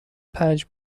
پنج